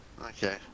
Okay